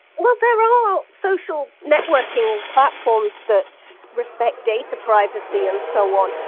well, there are social networking platforms that respect data privacy and so on,